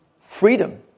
freedom